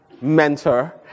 mentor